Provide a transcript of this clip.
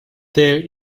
there